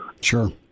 Sure